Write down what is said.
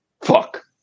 Fuck